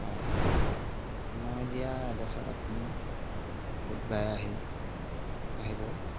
হয় মই দিয়া এড্ৰেছত আপুনি বুধবাৰে আহি আহিব